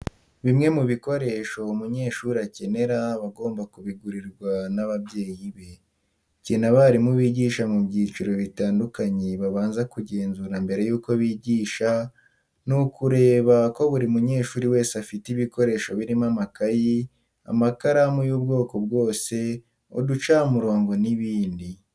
Bimwe mu bikoresho umunyeshuri akenera aba agomba kubigurirwa n'ababyeyi be. Ikintu abarimu bigisha mu byiciro bitandukanye babanza kugenzura mbere yuko bigisha, ni ukureba ko buri munyeshuri wese afite ibikoresho birimo amakayi, amakaramu y'ubwoko bwose, uducamurongo n'ibindi.